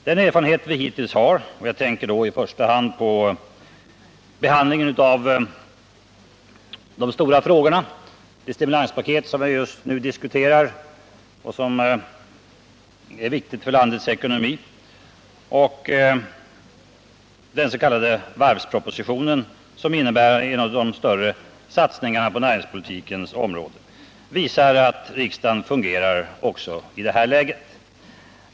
Den erfarenhet vi hittills har — jag tänker då i första hand på behandlingen av de stora frågorna, det stimulanspaket som vi just nu diskuterar och som är viktigt för landets ekonomi, och den s.k. varvspropositionen — visar att riksdagen fungerar också i det här läget.